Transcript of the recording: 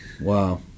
Wow